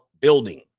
building